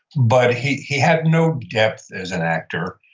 but he he had no depth as an actor,